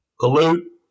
pollute